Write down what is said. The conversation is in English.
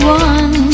one